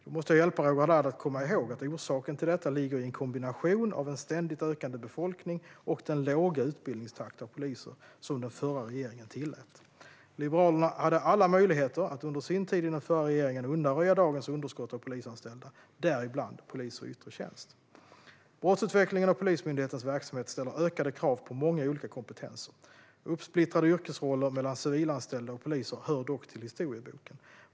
Då måste jag hjälpa Roger Haddad att komma ihåg att orsaken till detta ligger i en kombination av en ständigt ökande befolkning och den låga utbildningstakt när det gäller poliser som den förra regeringen tillät. Liberalerna hade alla möjligheter att under sin tid i den förra regeringen undanröja dagens underskott av polisanställda, däribland poliser i yttre tjänst. Brottsutvecklingen och Polismyndighetens verksamhet ställer ökade krav på många olika kompetenser. Uppsplittrade yrkesroller mellan civilanställda och poliser hör dock till historieboken.